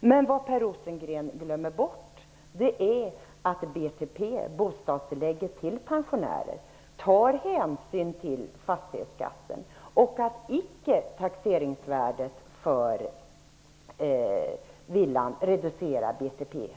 Men Per Rosengren glömmer bort att BTP, bostadstillägget till pensionärer, tar hänsyn till fastighetsskatten och att taxeringsvärdet på villan inte reducerar BTP.